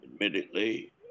admittedly